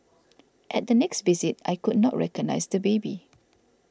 at the next visit I could not recognise the baby